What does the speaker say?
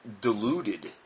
deluded